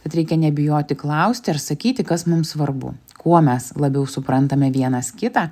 tad reikia nebijoti klausti ar sakyti kas mums svarbu kuo mes labiau suprantame vienas kitą